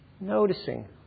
Noticing